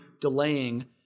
delaying